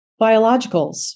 biologicals